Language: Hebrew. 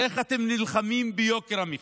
איך אתם נלחמים ביוקר המחיה?